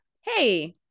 hey